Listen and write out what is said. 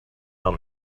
out